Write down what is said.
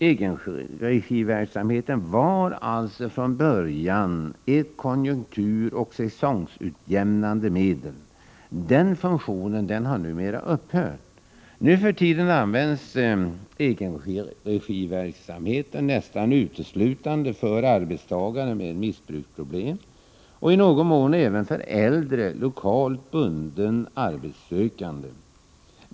Egenregiarbetena var alltså från början ett konjunkturoch säsongutjämnande medel. Den funktionen har numera upphört. Nu för tiden används egenregiarbetena nästan uteslutande för arbetstagare med missbruksproblem — i någon mån även för äldre, lokalt bundna arbetssökande.